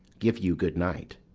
give you good-night.